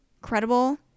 credible